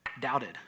doubted